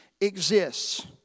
exists